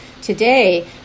Today